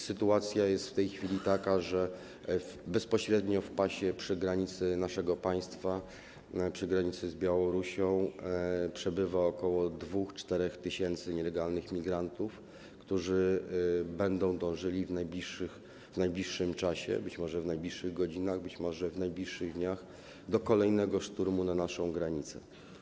Sytuacja jest w tej chwili taka, że bezpośrednio w pasie przy granicy naszego państwa z Białorusią przebywa ok. 2–4 tys. nielegalnych imigrantów, którzy będą dążyli w najbliższym czasie, być może w najbliższych godzinach, być może w najbliższych dniach do kolejnego szturmu na naszą granicę.